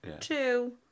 Two